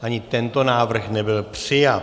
Ani tento návrh nebyl přijat.